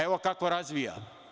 Evo kako razvija.